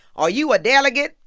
are you a delegate?